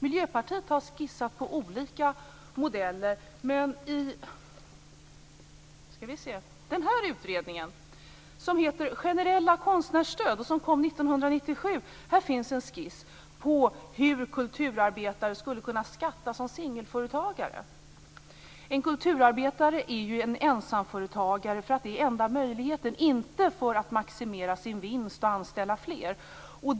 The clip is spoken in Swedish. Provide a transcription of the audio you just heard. Miljöpartiet har skissat på olika modeller, men i utredningen Generella konstnärsstöd, som kom 1997, finns en skiss på hur kulturarbetare skulle kunna beskattas som singelföretagare. En kulturarbetare är ju ensamföretagare, för att det är enda möjligheten - inte för att maximera sin vinst och anställa fler.